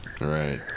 Right